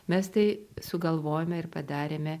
mes tai sugalvojome ir padarėme